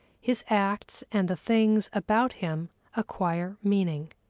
his acts and the things about him acquire meaning.